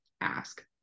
ask